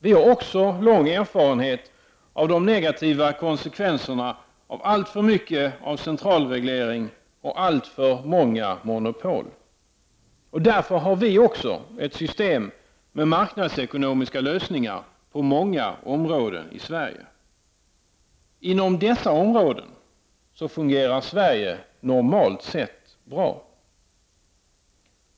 Vi har också lång erfarenhet av de negativa konsekvenserna av alltför mycket centralreglering och alltför många monopol. Därför har vi också ett system med marknadsekonomiska lösningar på många områden i Sverige. Inom dessa områden fungerar Sverige normalt sett bra.